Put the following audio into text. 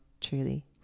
truly